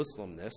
Muslimness